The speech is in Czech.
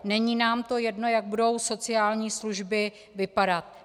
Není nám to jedno, jak budou sociální služby vypadat.